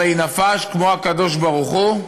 ויינפש, כמו הקדוש ברוך הוא,